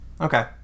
Okay